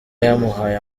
yamuhaye